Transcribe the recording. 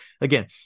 again